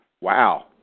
Wow